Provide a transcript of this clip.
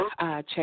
Check